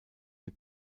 die